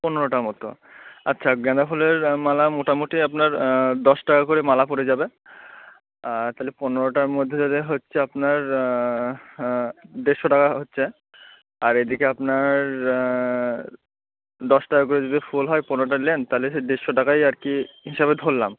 পনেরোটার মতো আচ্ছা গ্যাঁদা ফুলের মালা মোটামুটি আপনার দশ টাকা করে মালা পরে যাবে তাহলে পনেরোটার মধ্যে হচ্ছে আপনার দেড়শো টাকা হচ্ছে আর এদিকে আপনার দশ টাকা করে যদি ফুল হয় পনেরোটার নেন তাহলে সে দেড়শো টাকাই আর কি হিসাবে ধরলাম